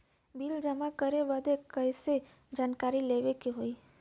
Bill जमा करे बदी कैसे जानकारी लेवे के होई?